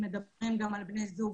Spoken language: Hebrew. גם של יוראי להב הרצנו,